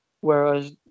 Whereas